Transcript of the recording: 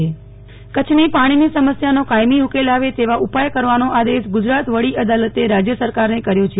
Nehal Thakkar high court ક ચ્છ કચ્છની પાણીની સમસ્યાનો કાયમી ઉકેલ લાવે તેવા ઉપાય કરવાનો આદેશ ગુજરાત વડી અદાલતે રાજય સરકારને કર્યો છે